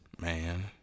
man